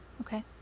okay